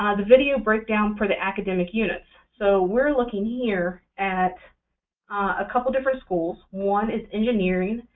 ah the video breakdown for the academic units so we're looking here at a couple different schools. one is engineering,